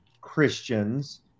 Christians